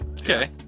okay